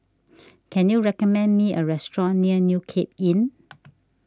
can you recommend me a restaurant near New Cape Inn